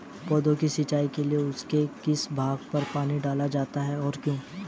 पौधों की सिंचाई के लिए उनके किस भाग पर पानी डाला जाता है और क्यों?